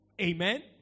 Amen